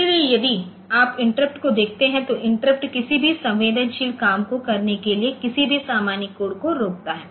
इसलिए यदि आप इंटरप्ट को देखते है तो इंटरप्ट किसी भी संवेदनशील काम को करने के लिए किसी भी सामान्य कोड को रोकता है